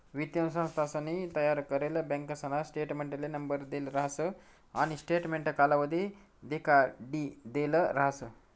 वित्तीय संस्थानसनी तयार करेल बँकासना स्टेटमेंटले नंबर देल राहस आणि स्टेटमेंट कालावधी देखाडिदेल राहस